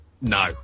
No